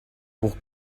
pour